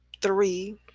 three